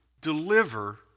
deliver